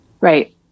Right